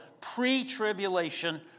pre-tribulation